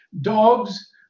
Dogs